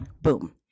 boom